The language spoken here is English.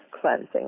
cleansing